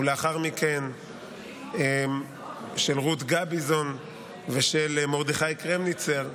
ולאחר מכן של רות גביזון ושל מרדכי קרמניצר.